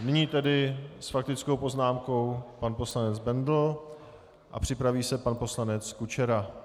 Nyní tedy s faktickou poznámkou pan poslanec Bendl a připraví se pan poslanec Kučera.